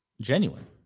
genuine